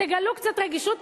תגלו קצת רגישות,